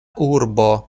urbo